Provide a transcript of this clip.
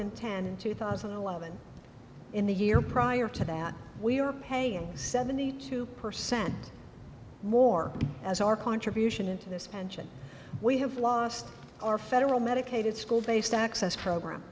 and ten two thousand and eleven in the year prior to that we are paying seventy two percent more as our contribution into this pension we have lost our federal medicaid school based access program